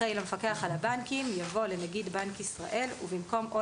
אחרי "למפקחי על הבנקים" יבוא "לנגיד בנק ישראל" ובמקום "או